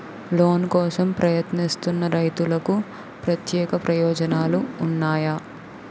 Loan కోసం ప్రయత్నిస్తున్న రైతులకు ప్రత్యేక ప్రయోజనాలు ఉన్నాయా?